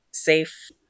Safe